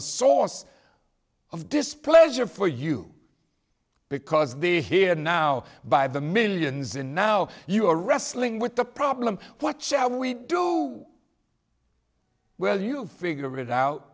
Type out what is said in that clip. a source of displeasure for you because the here now by the millions and now you're wrestling with the problem what shall we do well you figure it out